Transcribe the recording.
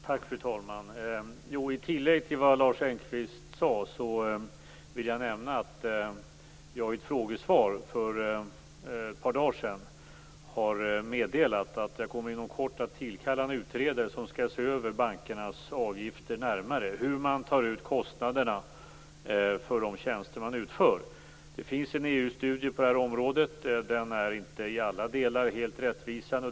Fru talman! Som tillägg till vad Lars Engqvist sade vill jag nämna att jag i ett frågesvar för ett par dagar sedan har meddelat att jag inom kort kommer att tillkalla en utredare som skall se över bankernas avgifter närmare, hur man tar ut kostnaderna för de tjänster man utför. Det finns en EU-studie på det här området. Den är inte i alla delar helt rättvisande.